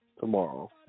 tomorrow